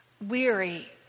weary